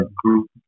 group